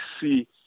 see